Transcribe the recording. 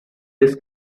this